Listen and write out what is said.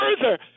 further